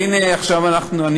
בכנסת,